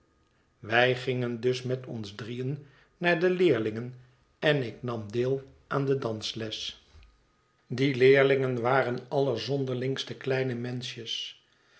wij gingen dus met ons drieën naar de leerlingen en ik nam deel aan de dansles die leerlingen waren allerzonderlingste kleine menschjes